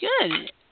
good